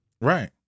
Right